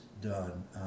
done